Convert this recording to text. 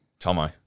Tomo